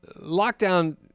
lockdown